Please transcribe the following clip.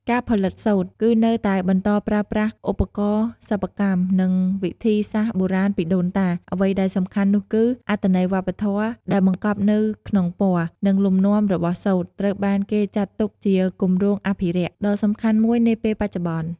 ការផលិតសូត្រ គឺនៅតែបន្តប្រើប្រាស់ឧបករណ៍សិប្បកម្ម និងវិធីសាស្ត្របុរាណពីដូនតា អ្វីដែលសំខាន់នោះគឺ អត្ថន័យវប្បធម៌ ដែលបង្កប់នៅក្នុងពណ៌ និងលំនាំរបស់សូត្រ ត្រូវបានគេចាត់ទុកជាគម្រោងអភិរក្ស ដ៏សំខាន់មួយនាពេលបច្ចុប្បន្ន។